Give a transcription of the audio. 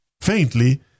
Faintly